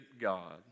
God